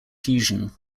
fusion